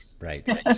Right